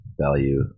value